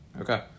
Okay